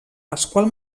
pasqual